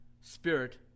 spirit